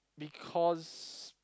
because